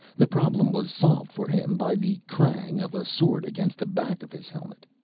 the problem was solved for him by the crang! of a sword against the back of his helmet.